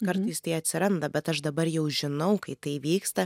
kartais tai atsiranda bet aš dabar jau žinau kai tai vyksta